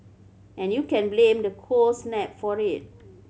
and you can blame the cold snap for it